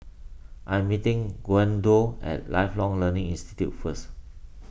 I am meeting Gwenda at Lifelong Learning Institute first